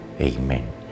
Amen